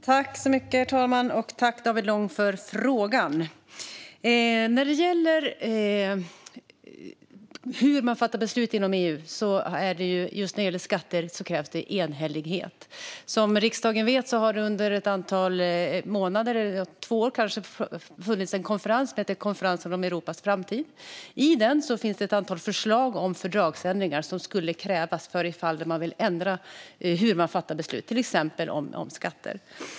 Herr talman! Jag tackar David Lång för frågan. För skattebeslut inom EU krävs enhällighet. Som riksdagen vet har det under ett par år funnits en konferens om Europas framtid. Här finns ett antal förslag på fördragsändringar som skulle krävas om man vill ändra hur beslut ska fattas, till exempel om skatter.